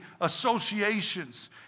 associations